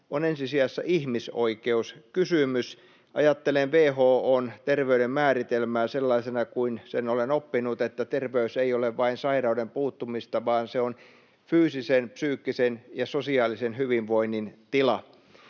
on ensi sijassa ihmisoikeuskysymys. Ajattelen WHO:n terveyden määritelmää sellaisena kuin sen olen oppinut, että terveys ei ole vain sairauden puuttumista, vaan se on fyysisen, psyykkisen ja sosiaalisen hyvinvoinnin tila.